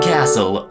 Castle